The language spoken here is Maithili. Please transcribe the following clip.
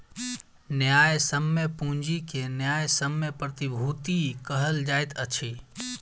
न्यायसम्य पूंजी के न्यायसम्य प्रतिभूति कहल जाइत अछि